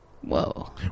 Whoa